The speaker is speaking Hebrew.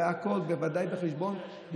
בוודאי בחשבון,